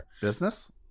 Business